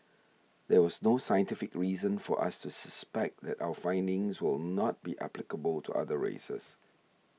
there was no scientific reason for us to suspect that our findings will not be applicable to other races